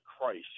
christ